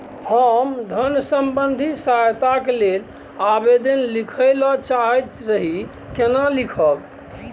हम धन संबंधी सहायता के लैल आवेदन लिखय ल चाहैत रही केना लिखब?